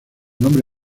nombre